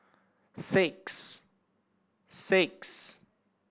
six six